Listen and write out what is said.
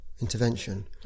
intervention